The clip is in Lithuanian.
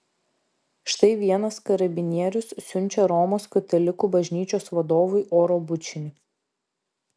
štai vienas karabinierius siunčia romos katalikų bažnyčios vadovui oro bučinį